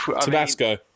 tabasco